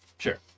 Sure